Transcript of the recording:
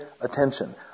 attention